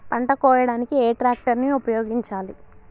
పంట కోయడానికి ఏ ట్రాక్టర్ ని ఉపయోగించాలి?